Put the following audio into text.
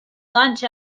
lunch